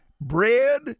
Bread